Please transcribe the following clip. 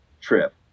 trip